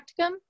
practicum